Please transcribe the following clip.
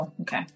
Okay